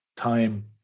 time